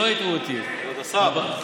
לא, לא הטעו אותי.